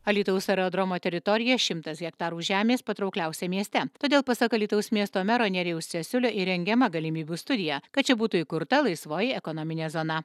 alytaus aerodromo teritorija šimtas hektarų žemės patraukliausia mieste todėl pasak alytaus miesto mero nerijaus cesiulio įrengiama galimybių studija kad čia būtų įkurta laisvoji ekonominė zona